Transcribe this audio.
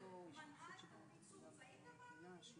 בנושא של רמות התמיכה, סעיף 6(א): "השר